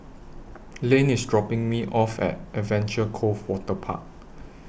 Lane IS dropping Me off At Adventure Cove Waterpark